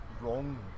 wrong